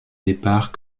départ